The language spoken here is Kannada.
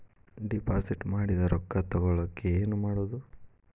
ಡಿಪಾಸಿಟ್ ಮಾಡಿದ ರೊಕ್ಕ ತಗೋಳಕ್ಕೆ ಏನು ಮಾಡೋದು?